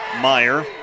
Meyer